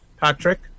Patrick